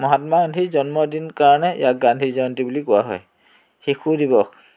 মহাত্মা গান্ধীৰ জন্মদিন কাৰণে ইয়াক গান্ধী জয়ন্তী বুলি কোৱা হয় শিশু দিৱস